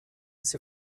sie